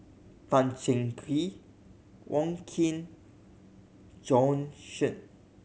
Tan Cheng Kee Wong Keen Bjorn Shen